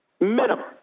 Minimum